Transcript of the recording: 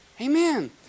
Amen